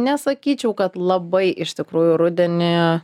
nesakyčiau kad labai iš tikrųjų rudenį